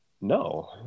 no